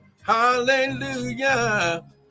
Hallelujah